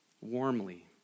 warmly